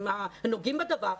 עם הנוגעים בדבר,